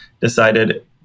Decided